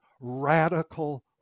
radical